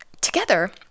Together